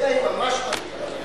אלא אם ממש מגיע.